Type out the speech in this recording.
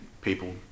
people